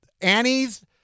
Annie's